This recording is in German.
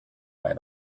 mein